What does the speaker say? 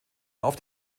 auf